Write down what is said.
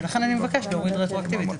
ולכן אני מבקש להוריד רטרואקטיבית את